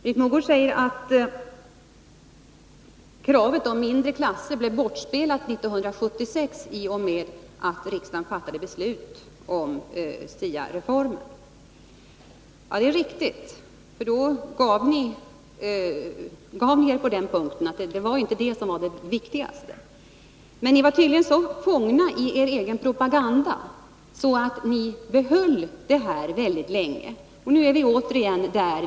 Britt Mogård säger att kravet på mindre klasser blev bortspelat 1976 i och med att riksdagen fattade beslut om SIA-reformen. Det är riktigt, för då gav ni er på den punkten — det var inte detta som var det viktigaste. Men ni var tydligen så fångna i er egen Nr 8 propaganda så att ni höll fast vid er ståndpunkt väldigt länge, och nu är vi | återigen där.